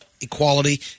equality